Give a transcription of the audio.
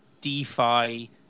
DeFi